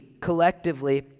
collectively